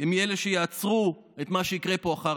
הם אלה שיעצרו את מה שיקרה פה לאחר